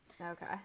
Okay